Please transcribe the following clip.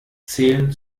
zählen